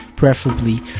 preferably